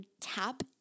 tap